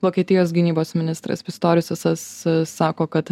vokietijos gynybos ministras pistoriusasas sako kad